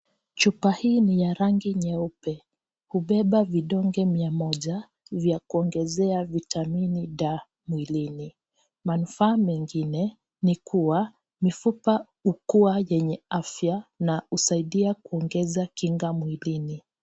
Chupa hii ni ya rangi nyeupe. Hubeba vidonge 100 vya kuongezea vitamin D mwilini. Manufaa mengine, ni kuwa, mifupa hukua yenye afya na husaidia kuongeza kinga mwilini.